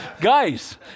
Guys